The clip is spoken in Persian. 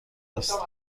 است